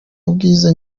ubwiza